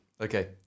Okay